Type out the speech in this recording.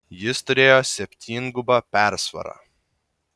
jis turėjo septyngubą persvarą